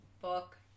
book